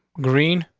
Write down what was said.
green.